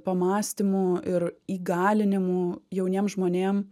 pamąstymų ir įgalinimų jauniem žmonėm